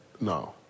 No